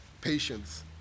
patience